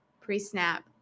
pre-snap